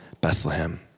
Bethlehem